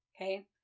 Okay